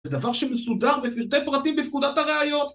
זה דבר שמסודר בפרטי פרטים בפקודת הראיות